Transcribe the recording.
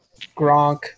Gronk